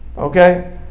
Okay